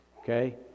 Okay